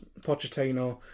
Pochettino